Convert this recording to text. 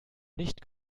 nicht